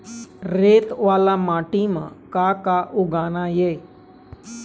रेत वाला माटी म का का उगाना ये?